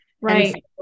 Right